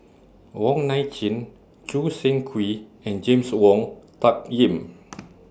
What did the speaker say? Wong Nai Chin Choo Seng Quee and James Wong Tuck Yim